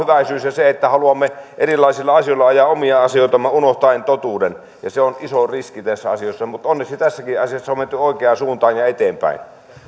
se että haluamme erilaisilla asioilla ajaa omia asioitamme unohtaen totuuden se on iso riski näissä asioissa mutta onneksi tässäkin asiassa on menty oikeaan suuntaan ja eteenpäin